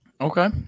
Okay